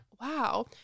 wow